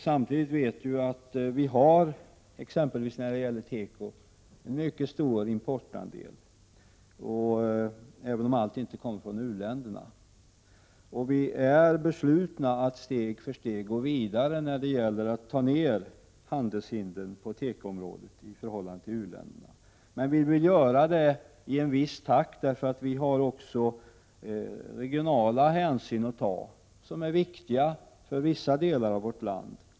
Samtidigt vet vi att vi t.ex. när det gäller teko har en mycket stor importandel, även om tekoprodukterna inte alltid kommer från u-länderna. Vi är fast beslutna att steg för steg gå vidare när det gäller att slopa handelshindren på tekoområdet i förhållande till u-länderna. Men vi vill göra detta i en viss takt, därför att vi har regionala hänsyn att ta som är viktiga för vissa delar av vårt land.